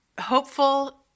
hopeful